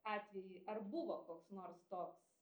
atvejį ar buvo koks nors toks